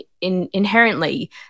inherently